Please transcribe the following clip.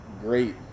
great